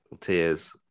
tears